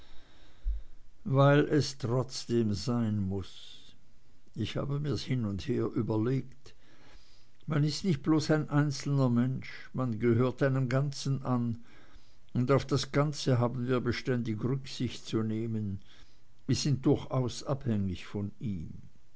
weil es trotzdem sein muß ich habe mir's hin und her überlegt man ist nicht bloß ein einzelner mensch man gehört einem ganzen an und auf das ganze haben wir beständig rücksicht zu nehmen wir sind durchaus abhängig von ihm